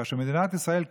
כאשר מדינת ישראל קמה,